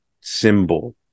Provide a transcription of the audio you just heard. symbol